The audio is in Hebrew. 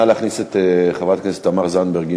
נא להכניס את חברת הכנסת תמר זנדברג,